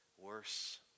worse